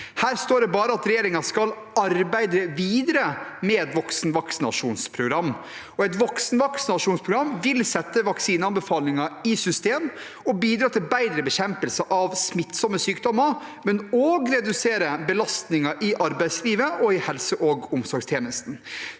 Her står det bare at regjeringen skal «arbeide videre» med det. Et voksenvaksinasjonsprogram vil sette vaksineanbefalinger i system og bidra til bedre bekjempelse av smittsomme sykdommer, men også redusere belastningen i arbeidslivet og helse- og omsorgstjenesten.